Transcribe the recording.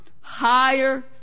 Higher